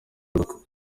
modoka